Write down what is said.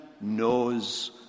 knows